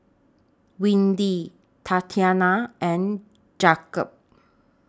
Windy Tatiana and Jakob